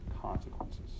consequences